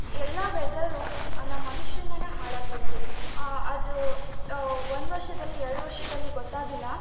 ಎಲ್ಲ ವೆದರು ನಮ್ಮ ಮನುಷ್ಯರಿಂದಾನೆ ಹಾಳಾಗ್ತಿರೋದು ಅದು ಒಂದು ವರ್ಷದಲ್ಲಿ ಎರಡು ವರ್ಷದಲ್ಲಿ ಗೊತ್ತಾಗಿಲ್ಲ